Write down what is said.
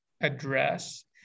address